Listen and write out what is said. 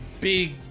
big